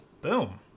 boom